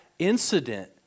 incident